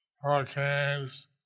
hurricanes